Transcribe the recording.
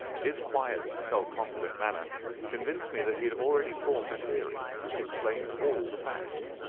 his quiet self-confident manner convinced me that he had already formed a theory which explained all the facts,